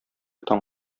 таң